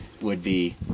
would-be